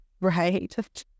Right